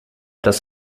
das